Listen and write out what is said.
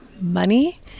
money